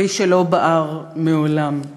כפי שלא בער מעולם.